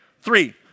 three